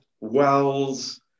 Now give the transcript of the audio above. wells